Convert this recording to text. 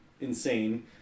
insane